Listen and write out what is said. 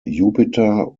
jupiter